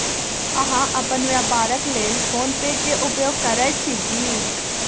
अहाँ अपन व्यापारक लेल फ़ोन पे के उपयोग करै छी की?